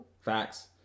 Facts